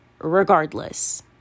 regardless